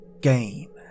game